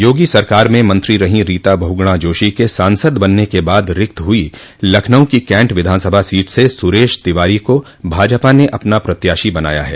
योगी सरकार में मत्री रहीं रीता बहुगुणा जोशी के सांसद बनने के बाद रिक्त हुई लखनऊ की कैंट विधानसभा सीट से सुरेश तिवारी को भाजपा ने अपना प्रत्याशी बनाया है